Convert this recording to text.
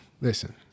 Listen